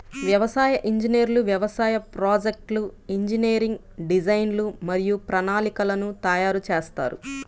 వ్యవసాయ ఇంజనీర్లు వ్యవసాయ ప్రాజెక్ట్లో ఇంజనీరింగ్ డిజైన్లు మరియు ప్రణాళికలను తయారు చేస్తారు